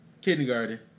Kindergarten